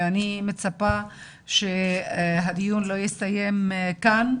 ואני מצפה שהדיון לא יסתיים כאן,